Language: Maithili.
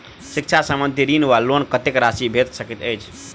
शिक्षा संबंधित ऋण वा लोन कत्तेक राशि भेट सकैत अछि?